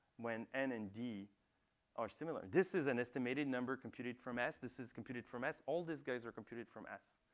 when n and d are similar. this is an estimated number computed from s. this is computed from s. all these guys are computed from s.